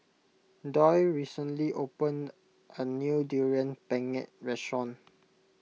Doyle recently opened a new Durian Pengat restaurant